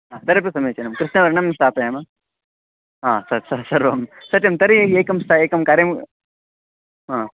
हा तरपि समीचीनं कृष्णवर्णं स्थापयामः हा तत् स सर्वं सत्यं तर्हि एकं स एकं कार्यं हा